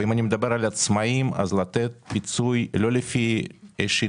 אם אני מדבר על עצמאים לתת פיצוי לא לפי איזושהי